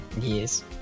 Yes